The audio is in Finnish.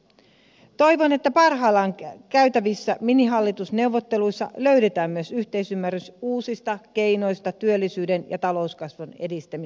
toivon että parhaillaan käytävissä minihallitusneuvotteluissa löydetään myös yhteisymmärrys uusista keinoista työllisyyden ja talouskasvun edistämiseksi